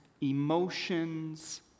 emotions